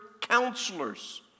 counselors